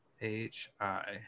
H-I